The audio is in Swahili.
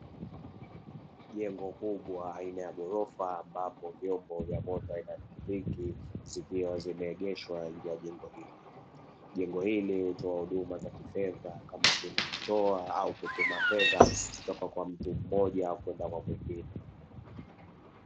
Jengo kubwa la gorofa ambapo vyombo aina ya pikipiki zikiwa zimeegeshwa nje ya jengo hili, jengo hili hutoa huduma za kifedha kama vile kutoa au kutuma fedha kutoka kwa mtu mmoja kwenda kwa mwingine.